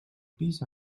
pis